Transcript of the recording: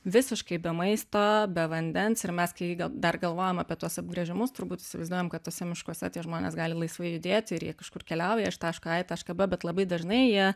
visiškai be maisto be vandens ir mes gal dar galvojam apie tuos apgręžimus turbūt įsivaizduojam kad tuose miškuose tie žmonės gali laisvai judėti ir jie kažkur keliauja iš taško a į tašką b bet labai dažnai jie